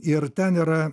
ir ten yra